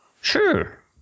Sure